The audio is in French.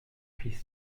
fils